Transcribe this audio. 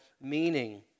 meaning